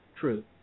true